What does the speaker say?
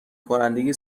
کننده